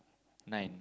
nine